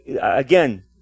again